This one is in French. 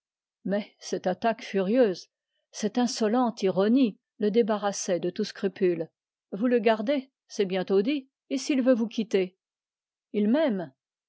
mais cette attaque furieuse cette insolente ironie le débarrassaient de tout scrupule vous le gardez c'est bientôt dit et s'il veut vous quitter il m'aime